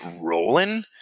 rolling